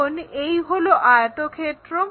এখন এই হলো আয়তক্ষেত্র